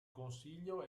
consiglio